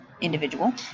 individual